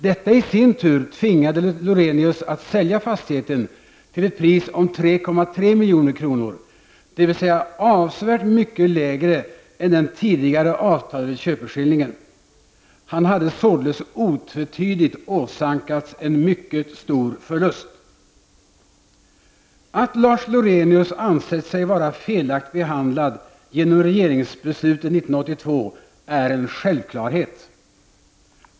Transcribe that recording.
Detta i sin tur tvingade Lorenius att sälja fastigheten till ett pris om 3,3 milj.kr., dvs. avsevärt mycket lägre än den tidigare avtalade köpeskillingen. Han hade således otvetydigt åsamkats en mycket stor förlust. Att Lars Lorenius ansett sig vara felaktigt behandlad genom regeringsbeslutet 1982 är en självklarhet.